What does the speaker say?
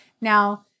Now